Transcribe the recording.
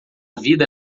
vida